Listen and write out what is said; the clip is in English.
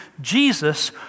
Jesus